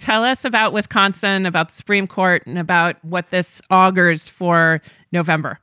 tell us about wisconsin, about supreme court and about what this augurs for november